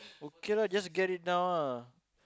okay lah just get it down lah